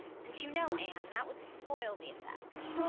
and you know, anne, that would spoil the effect.